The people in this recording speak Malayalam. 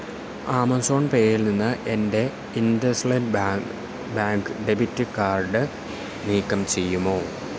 ആമസോൺ പേയിൽ നിന്ന് എൻ്റെ IndusInd bank bank debit card നീക്കം ചെയ്യുമോ